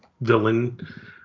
villain